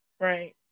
Right